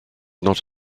not